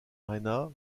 arena